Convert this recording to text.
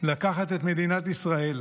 לקחת את מדינת ישראל,